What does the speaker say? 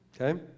okay